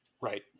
right